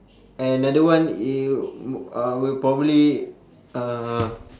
and another one it w~ uh will probably uh